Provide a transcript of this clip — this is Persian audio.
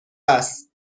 است